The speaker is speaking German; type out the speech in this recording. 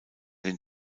den